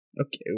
Okay